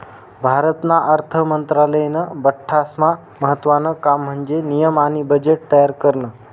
भारतना अर्थ मंत्रालयानं बठ्ठास्मा महत्त्वानं काम म्हन्जे नियम आणि बजेट तयार करनं